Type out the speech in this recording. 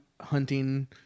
hunting